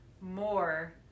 more